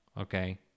Okay